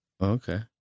okay